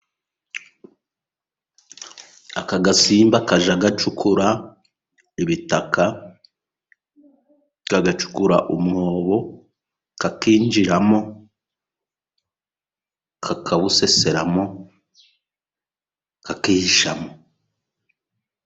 Aka gasimba kajya gacukura ibitaka, kagacukura umwobo kakinjiramo kakawuseseramo kakihishamo.